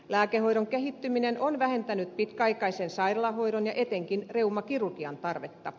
lääkehoidon kehittyminen on vähentänyt pitkäaikaisen sairaalahoidon ja etenkin reumakirurgian tarvetta